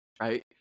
right